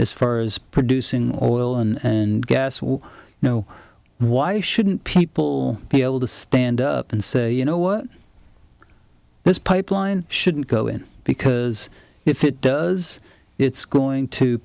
as far as producing oil and gas will you know why shouldn't people be able to stand up and say you know what this pipeline shouldn't go in because if it does it's going to